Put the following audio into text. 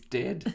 dead